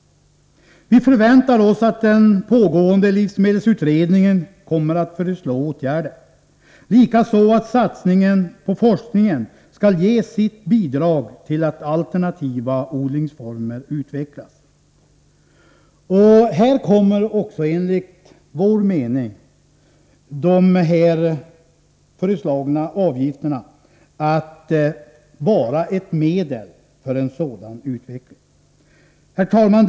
Vi förväntar oss att den pågående livsmedelsutredningen kommer att föreslå åtgärder, likaså att satsningen på forskningen skall ge sitt bidrag till att alternativa odlingsformer utvecklas. Här kommer också enligt vår mening de föreslagna avgifterna att vara ett medel för en sådan utveckling. Herr talman!